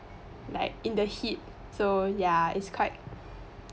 like in the heat so ya is quite